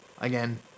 Again